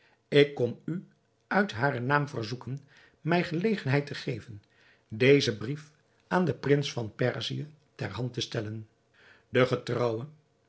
ik kom u uit haren naam verzoeken mij gelegenheid te geven dezen brief aan den prins van perzië ter hand te stellen de getrouwe